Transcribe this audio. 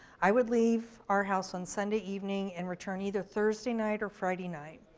i would leave our house on sunday evening and return either thursday night or friday night.